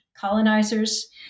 colonizers